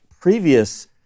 previous